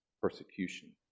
persecution